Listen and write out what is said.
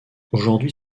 aujourd’hui